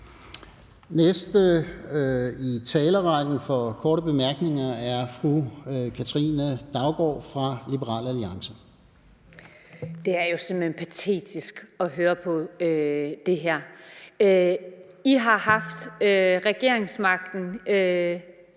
næste i talerrækken for korte bemærkninger er fru Katrine Daugaard fra Liberal Alliance. Kl. 10:34 Katrine Daugaard (LA): Det er jo simpelt hen patetisk at høre på det her. I har haft regeringsmagten